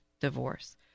divorce